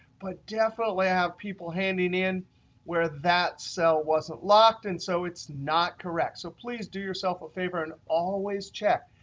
but definitely i have people handing in where that cell wasn't locked. and so it's not correct. so please do yourself a favor and always check.